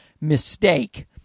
mistake